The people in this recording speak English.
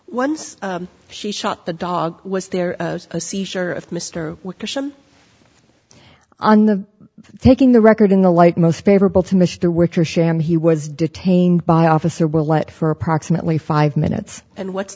once she shot the dog was there a seizure of mister on the taking the record in the light most favorable to mr rich or sham he was detained by officer will let for approximately five minutes and what's